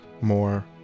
more